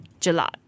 gelat